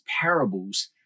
parables